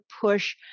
push